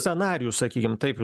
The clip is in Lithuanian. scenarijų sakykim taip